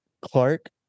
Clark